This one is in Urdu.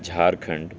جھار کھنڈ